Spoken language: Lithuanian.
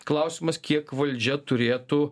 klausimas kiek valdžia turėtų